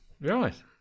Right